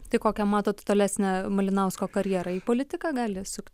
tai kokią mato tolesnę malinausko karjerą į politiką gali sukt